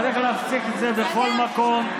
צריך להפסיק את זה בכל מקום.